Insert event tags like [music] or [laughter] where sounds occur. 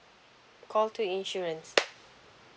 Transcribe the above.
call two insurance [noise]